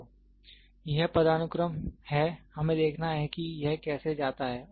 तो यह पदानुक्रम है हमें देखना है कि यह कैसे जाता है